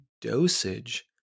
dosage